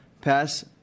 pass